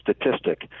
statistic